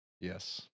Yes